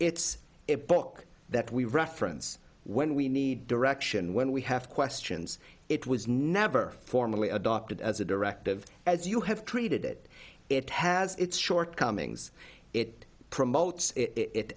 it's a book that we reference when we need direction when we have questions it was never formally adopted as a directive as you have treated it it has its shortcomings it promotes it